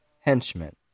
henchman